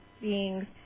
beings